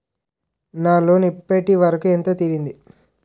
నా లోన్ ఇప్పటి వరకూ ఎంత తీరింది?